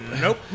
Nope